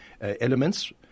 elements